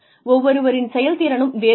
ஒவ்வொருவரின் செயல்திறனும் வேறுபடும்